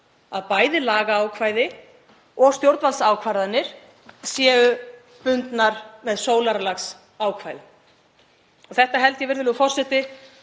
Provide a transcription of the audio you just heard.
að bæði lagaákvæði og stjórnvaldsákvarðanir séu bundnar með sólarlagsákvæði. Þetta held ég, virðulegur forseti,